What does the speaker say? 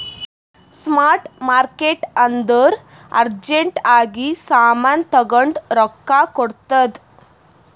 spot market ಅಂದುರ್ urgent ಆಗಿ ಸಾಮಾನ್ ತಗೊಂಡು ರೊಕ್ಕಾ ಕೊಡ್ತುದ್